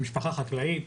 ממשפחה חקלאית,